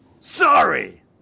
Sorry